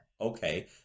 okay